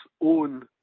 own